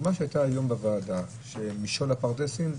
הדוגמה שהייתה היום בוועדה, שמשעול הפרדסים,